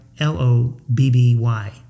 L-O-B-B-Y